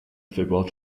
football